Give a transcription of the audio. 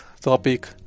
topic